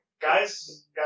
guys